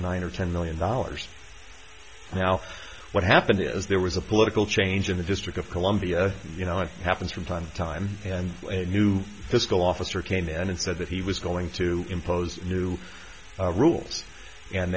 nine or ten million dollars now what happened is there was a political change in the district of columbia you know it happens from time to time and a new fiscal officer came in and said that he was going to impose new rules and